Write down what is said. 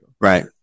Right